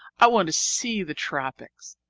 i want to see the tropics.